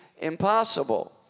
impossible